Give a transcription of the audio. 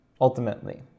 ultimately